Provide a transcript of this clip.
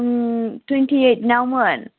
Om twenty ऐइदनावमोन